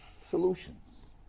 solutions